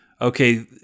okay